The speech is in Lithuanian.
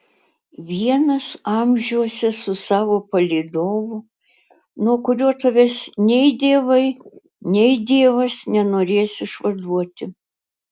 vienas amžiuose su savo palydovu nuo kurio tavęs nei dievai nei dievas nenorės išvaduoti